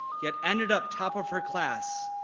yet ended up top of her class,